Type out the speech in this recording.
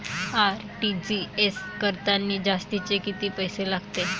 RTGS करतांनी जास्तचे कितीक पैसे लागते?